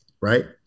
Right